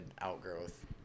outgrowth